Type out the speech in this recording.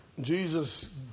Jesus